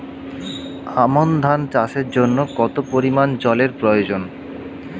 আমন ধান চাষের জন্য কত পরিমান জল এর প্রয়োজন?